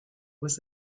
was